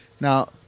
Now